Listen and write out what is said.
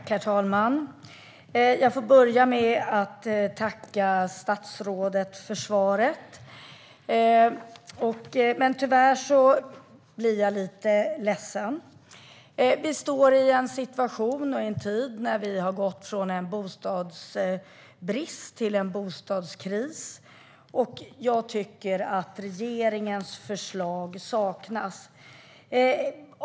Herr talman! Jag börjar med att tacka statsrådet för svaret. Tyvärr blir jag lite ledsen. Vi befinner oss i en situation och i en tid då vi har gått från en bostadsbrist till en bostadskris, och jag tycker att regeringens förslag saknas.